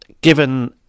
Given